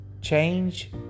change